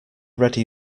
ready